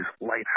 lighthouse